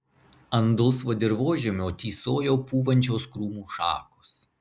ant dulsvo dirvožemio tysojo pūvančios krūmų šakos